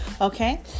okay